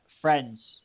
Friends